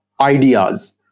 ideas